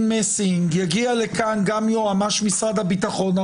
מסינג יגיע לכאן גם יועמ"ש משרד הביטחון,